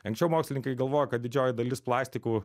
anksčiau mokslininkai galvojo kad didžioji dalis plastikų